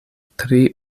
tri